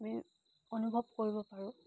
আমি অনুভৱ কৰিব পাৰোঁ